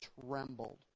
trembled